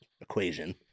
equation